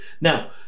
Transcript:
Now